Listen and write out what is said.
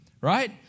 Right